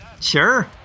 sure